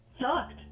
sucked